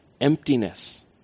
Emptiness